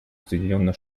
соединенных